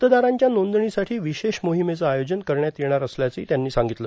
मतदारांच्या नोंदणीसाठी विशेष मोहिमचं आयोजन करण्यात येणार असल्याचंही त्यांनी सांगितलं